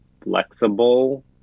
flexible